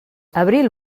abril